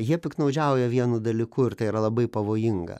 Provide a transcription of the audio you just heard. jie piktnaudžiauja vienu dalyku ir tai yra labai pavojinga